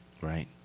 Right